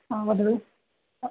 आं वदतु